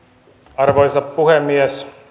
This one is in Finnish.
arvoisa puhemies